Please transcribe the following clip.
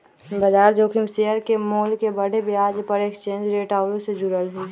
बजार जोखिम शेयर के मोल के बढ़े, ब्याज दर, एक्सचेंज रेट आउरो से जुड़ल हइ